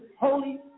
holy